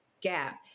gap